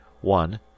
One